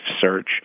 search